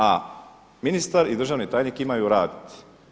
A ministar i državni tajnik imaju rad.